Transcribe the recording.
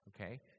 okay